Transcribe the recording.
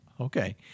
Okay